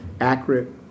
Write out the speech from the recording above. accurate